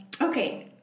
Okay